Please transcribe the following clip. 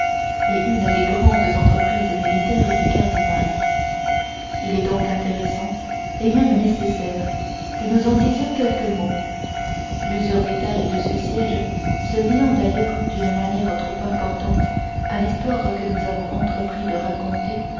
et une des grandes entreprises militaires du cardinal il est donc intéressant et même nécessaire que nous en disions quelques mots plusieurs détails de ce siège se liant d'ailleurs d'une manière trop importante à l'histoire que nous avons entrepris de raconter